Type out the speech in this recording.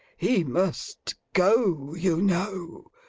he must go, you know,